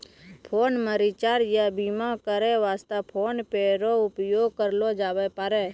phone मे recharge या बीमा करै वास्ते फोन पे रो उपयोग करलो जाबै पारै